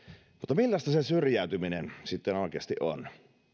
millaista se syrjäytyminen sitten oikeasti on